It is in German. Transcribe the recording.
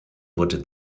wurde